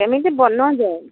କେମିତି ବନଉଛ